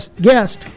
guest